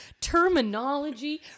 terminology